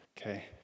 Okay